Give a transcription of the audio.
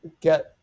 get